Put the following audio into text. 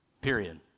period